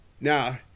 Now